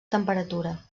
temperatura